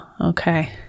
Okay